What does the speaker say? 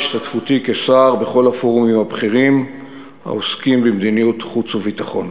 השתתפותי כשר בכל הפורומים הבכירים העוסקים במדיניות חוץ וביטחון.